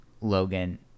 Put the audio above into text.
logan